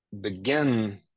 begin